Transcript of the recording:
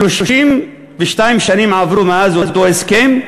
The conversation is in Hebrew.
32 שנים עברו מאז אותו הסכם,